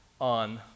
on